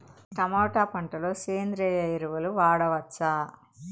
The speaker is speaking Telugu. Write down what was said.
టమోటా పంట లో సేంద్రియ ఎరువులు వాడవచ్చా?